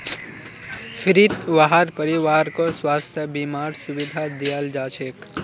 फ्रीत वहार परिवारकों स्वास्थ बीमार सुविधा दियाल जाछेक